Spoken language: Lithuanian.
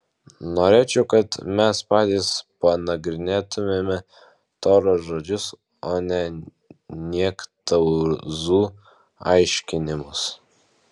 norėčiau kad mes patys panagrinėtumėme toros žodžius o ne niektauzų aiškinimus